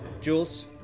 Jules